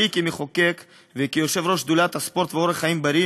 לי כמחוקק וכיושב-ראש שדולת הספורט ואורח החיים הבריא